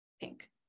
pink